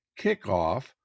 kickoff